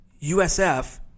USF